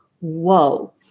whoa